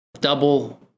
double